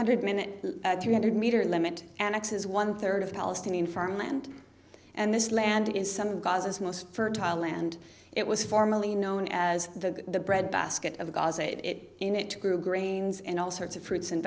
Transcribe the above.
hundred minute three hundred meter limit annex is one third of palestinian farmland and this land is some of gaza's most fertile land it was formerly known as the bread basket of gaza it in it grew grains and all sorts of fruits and